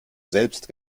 selbst